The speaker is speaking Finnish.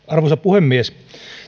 arvoisa puhemies